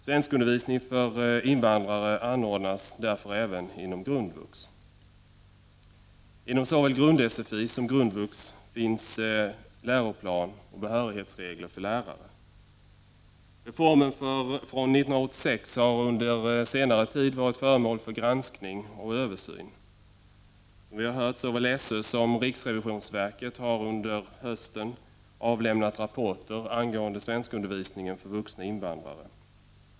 Svenskundervisning för invandrare anordnas därför även inom grundvux. Inom såväl grund-sfi som grundvux finns läroplan och behörighetsregler för lärare. Reformen från 1986 har under senare tid varit föremål för granskning och översyn. Såväl SÖ som riksrevisionsverket har under hösten avlämnat rapporter angående svenskundervisningen för vuxna invandrare.